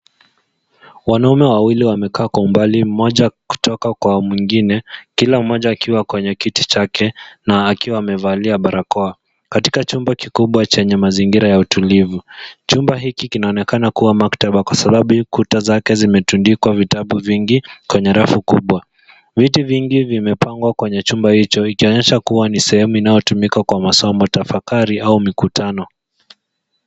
Wanaume wawili wamekaa kwa umbali, mmoja kutoka kwa mwingine kila mmoja akiwa kwenye kiti chake na akiwa amevalia barakoa katika chumba kikubwa chenye mazingira ya utulivu. Chumba hiki kinaonekana kuwa maktaba kwa sababu kuta zake zimetundikwa vitabu vingi kwenye rafu kubwa. Viti vingi vimepangwa kwenye chumba hicho ikionyesha kuwa ni sehemu inayotumika kwa masomo, tafakari au mikutano.